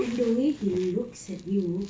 and the way he looks at you